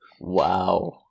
wow